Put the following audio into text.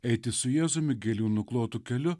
eiti su jėzumi gėlių nuklotu keliu